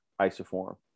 isoform